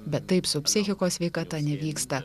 bet taip su psichikos sveikata nevyksta